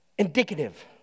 Indicative